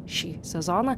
šį sezoną